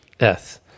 Yes